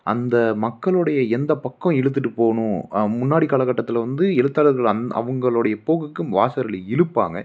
அந்த மக்களுடைய எந்த பக்கம் இழுத்துகிட்டு போகணும் முன்னாடி காலகட்டத்தில் வந்து எழுத்தாளர்கள் அந் அவங்களுடைய போக்குக்கு வாசகர்களை இழுப்பாங்க